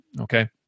Okay